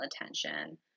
attention